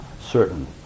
certain